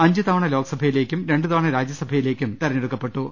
അഞ്ചുതവണ ലോക്സഭയിലേക്കും രണ്ടുതവണ രാജ്യസഭയിലേക്കും തെരഞ്ഞെടുക്കപ്പെട്ടു